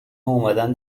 اومدن